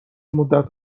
مدت